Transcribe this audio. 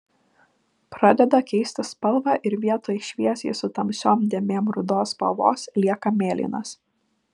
pradeda keisti spalvą ir vietoj šviesiai su tamsiom dėmėm rudos spalvos lieka mėlynas